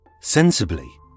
sensibly